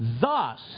Thus